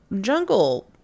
jungle